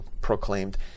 proclaimed